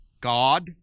God